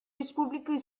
республику